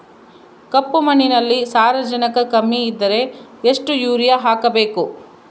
ಕಪ್ಪು ಮಣ್ಣಿನಲ್ಲಿ ಸಾರಜನಕ ಕಮ್ಮಿ ಇದ್ದರೆ ಎಷ್ಟು ಯೂರಿಯಾ ಹಾಕಬೇಕು?